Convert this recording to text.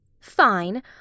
Fine